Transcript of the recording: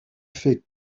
fait